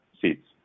seats